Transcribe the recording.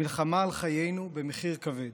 מלחמה על חיינו במחיר כבד,